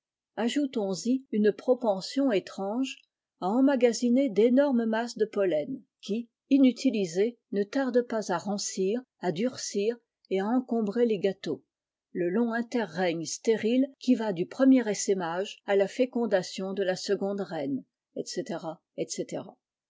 société outons y une propension étrange à emmagasiner d'énormes masses de pollen qui inutilisées ne tardent pas à rancir à durcir et à encombrer les gâteaux le long interrègne stérile qui va du premier essaimage à la fécondation de la seconde reine etc elc